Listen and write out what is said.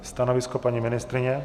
Stanovisko paní ministryně?